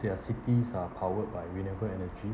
their cities are powered by renewable energy